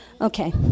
Okay